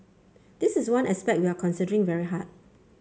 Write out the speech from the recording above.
this is one aspect we are considering very hard